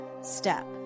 step